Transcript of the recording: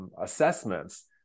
Assessments